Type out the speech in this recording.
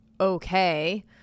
okay